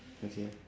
okay